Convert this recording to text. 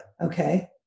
Okay